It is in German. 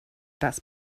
das